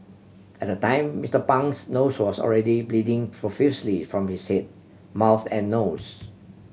at the time Mister Pang's nose was already bleeding profusely from his head mouth and nose